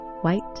white